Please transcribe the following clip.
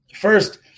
first –